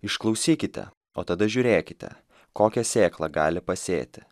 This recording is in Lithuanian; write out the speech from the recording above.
išklausykite o tada žiūrėkite kokią sėklą gali pasėti